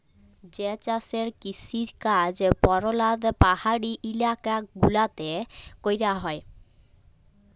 যে চাষের কিসিকাজ পরধাল পাহাড়ি ইলাকা গুলাতে ক্যরা হ্যয়